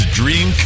dream